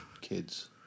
kids